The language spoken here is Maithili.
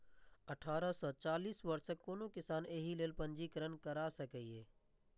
अठारह सं चालीस वर्षक कोनो किसान एहि लेल पंजीकरण करा सकैए